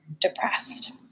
depressed